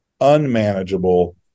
unmanageable